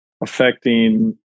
affecting